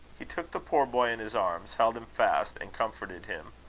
he took the poor boy in his arms, held him fast, and comforted him.